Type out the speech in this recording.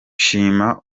shima